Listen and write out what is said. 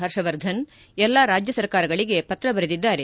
ಹರ್ಷವರ್ಧನ್ ಎಲ್ಲ ರಾಜ್ಯ ಸರ್ಕಾರಗಳಿಗೆ ಪತ್ರ ಬರೆದಿದ್ದಾರೆ